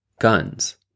guns